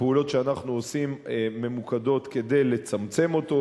הפעולות שאנחנו עושים ממוקדות כדי לצמצם אותו,